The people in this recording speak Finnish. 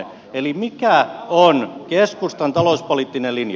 eli mikä on keskustan talouspoliittinen linja